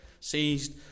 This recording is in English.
seized